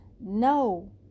no